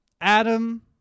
Adam